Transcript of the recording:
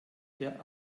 der